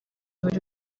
buri